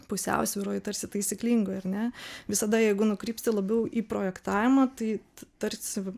pusiausvyroj tarsi taisyklingoj ar ne visada jeigu nukrypsi labiau į projektavimą tai tarsi